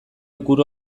ikur